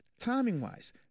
timing-wise